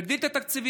נגדיל את התקציבים,